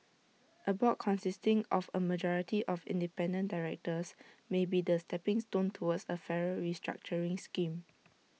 A board consisting of A majority of independent directors may be the stepping stone towards A fairer restructuring scheme